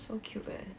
so cute eh